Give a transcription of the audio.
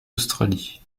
australie